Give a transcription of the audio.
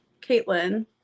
Caitlin